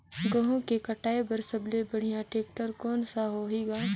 गहूं के कटाई पर सबले बढ़िया टेक्टर कोन सा होही ग?